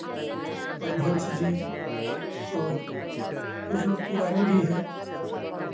परमहंस जी और कुछ लोग पुराने भी हैं